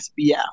SBF